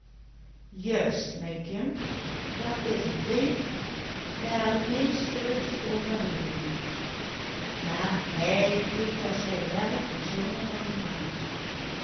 hij heeft er zijn werk bijzonder van gemaakt